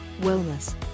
wellness